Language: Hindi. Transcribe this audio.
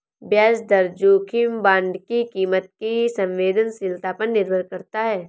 ब्याज दर जोखिम बांड की कीमत की संवेदनशीलता पर निर्भर करता है